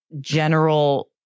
general